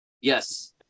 Yes